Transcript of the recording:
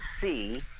see